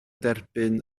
derbyn